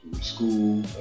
school